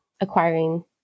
acquiring